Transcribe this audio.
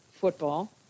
football